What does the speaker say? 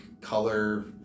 color